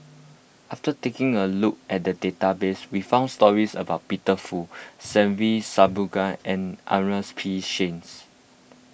after taking a look at the database we found stories about Peter Fu Se Ve Shanmugam and Ernest P Shanks